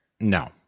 No